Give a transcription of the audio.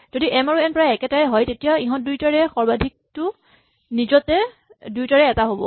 যদি এম আৰু এন প্ৰায় একেটায়ে হয় এতিয়া ইহঁত দুইটাৰে সৰ্বাধিকটো নিজতে দুয়োটাৰে এটা হ'ব